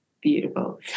Beautiful